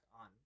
on